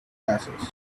glasses